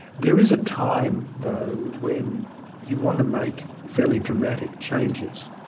there is a time though when you want to make fairly dramatic changes,